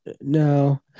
No